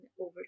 over